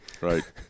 Right